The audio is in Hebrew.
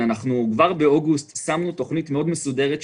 אנחנו כבר באוגוסט שמנו תוכנית מאוד מסודרת,